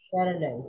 Paradise